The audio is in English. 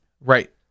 Right